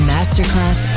Masterclass